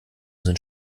sind